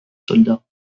soldats